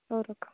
ହଉ ରଖ